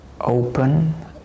open